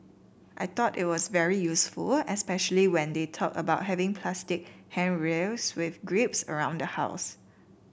I thought it was very useful especially when they talked about having plastic handrails with grips around the house